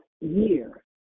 year